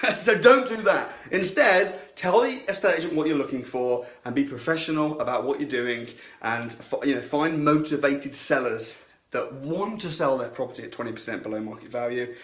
so don't do that. instead, tell the estate agent what you're looking for and be professional about what you're doing and you know find motivated sellers that want to sell their property at twenty percent below market value,